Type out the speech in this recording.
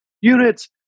units